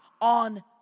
on